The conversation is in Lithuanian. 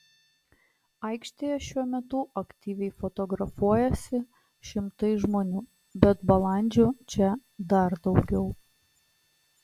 aikštėje šiuo metu aktyviai fotografuojasi šimtai žmonių bet balandžių čia dar daugiau